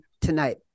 tonight